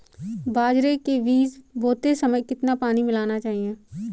बाजरे के बीज बोते समय कितना पानी मिलाना चाहिए?